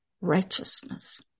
righteousness